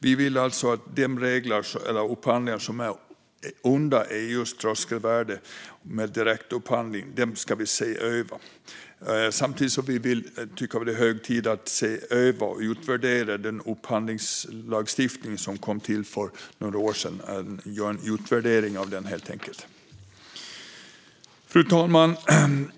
Vi vill alltså att de upphandlingar som är under EU:s tröskelvärden - med direktupphandling - ska ses över. Samtidigt tycker vi att det är hög tid att se över och utvärdera den upphandlingslagstiftning som kom till för några år sedan. Fru talman!